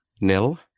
nil